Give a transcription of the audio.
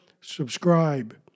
Subscribe